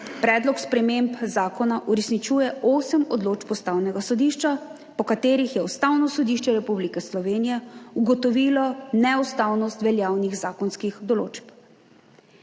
predlog sprememb zakona uresničuje osem odločb Ustavnega sodišča, po katerih je Ustavno sodišče Republike Slovenije ugotovilo neustavnost veljavnih zakonskih določb.